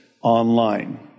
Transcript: online